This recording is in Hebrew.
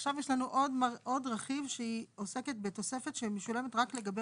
ועכשיו יש לנו עוד רכיב שעוסק בתוספת שמשולמת רק לגבי